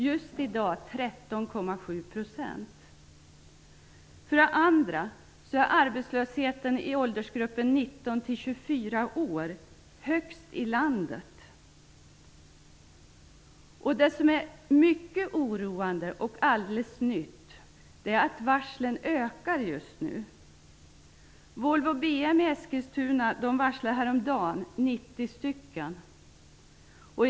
Just i dag ligger den på 13,7 %. För det andra är arbetslösheten i Sörmland när det gäller åldersgruppen 19-24 år den högsta i landet. Mycket oroande och alldeles nytt är att varslen just nu ökar. 90 personer.